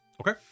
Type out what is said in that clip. Okay